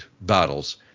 battles